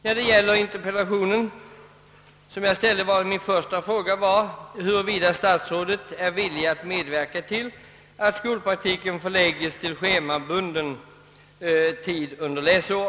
Min första fråga i interpellationen var, huruvida statsrådet vill medverka till att skolpraktiken förläggs till schemabunden tid under läsåret.